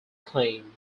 claim